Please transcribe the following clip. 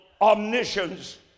omniscience